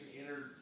entered